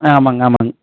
ஆமாம்ங்க ஆமாம்ங்க